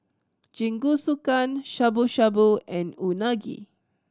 Jingisukan Shabu Shabu and Unagi